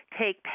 take